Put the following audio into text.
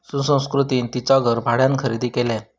सुकृतीन तिचा घर भाड्यान खरेदी केल्यान